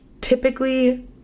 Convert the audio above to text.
typically